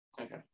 Okay